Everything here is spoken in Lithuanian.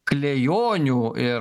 klejonių ir